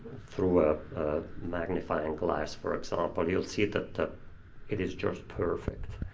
through a magnifying glass, for example, you'll see that the it is just perfect.